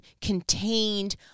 contained